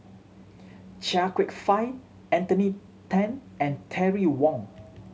Chia Kwek Fah Anthony Then and Terry Wong